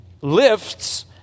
lifts